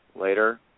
later